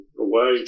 away